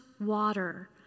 water